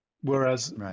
whereas